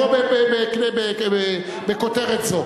כולם בעד הנגישות.